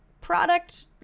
product